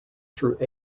through